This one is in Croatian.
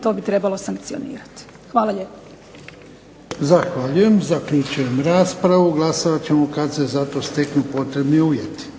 to bi trebalo sankcionirati. Hvala lijepo. **Jarnjak, Ivan (HDZ)** Zahvaljujem. Zaključujem raspravu. Glasovat ćemo kad se za to steknu potrebni uvjeti.